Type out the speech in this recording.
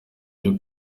byo